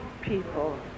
people